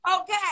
okay